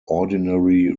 ordinary